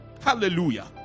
Hallelujah